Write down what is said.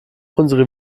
unsere